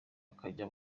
bakajya